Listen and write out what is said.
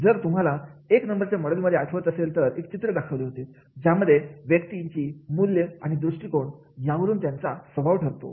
जर तुम्हाला एक नंबर मॉडेल मध्ये आठवत असेल तर एक चित्र दाखवले होते ज्यामध्ये व्यक्ती ची मूल्य आणि दृष्टीकोण यावरून त्याचा स्वभाव ठरतो